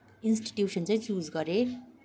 institution चाहिँ choose गरेँ